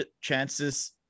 chances